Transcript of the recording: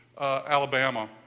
Alabama